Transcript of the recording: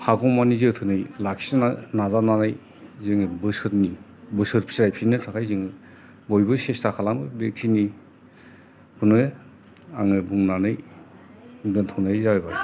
हागौमानि जोथोनै लाखिनो नाजानानै जोङो बोसोरनि बोसोर फिराय फिननो थाखाय जोङो बयबो सेस्था खालामो बेखिनि खौनो आङो बुंनानै दोनथ'नाय जाबाय